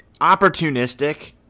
Opportunistic